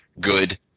Good